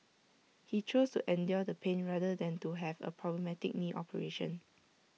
he chose to endure the pain rather than to have A problematic knee operation